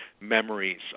memories